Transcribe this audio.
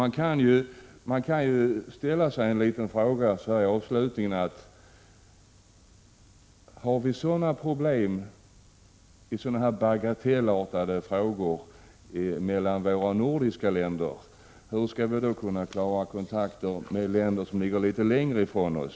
Jag vill avslutningsvis ställa en fråga: Om vi har så stora problem i sådana bagatellartade frågor mellan våra nordiska länder, hur skall vi då kunna klara — Prot. 1986/87:90 kontakter med länder som ligger litet längre från oss?